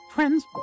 Friends